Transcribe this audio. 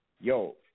Yo